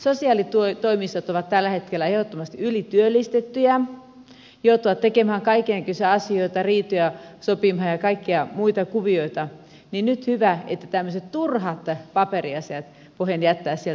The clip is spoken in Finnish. kun sosiaalitoimistot ovat tällä hetkellä ehdottomasti ylityöllistettyjä joutuvat tekemään kaikennäköisiä asioita riitoja sopimaan ja kaikkia muita kuvioita niin nyt on hyvä että tämmöiset turhat paperiasiat voidaan jättää sieltä pois